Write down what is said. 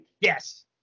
yes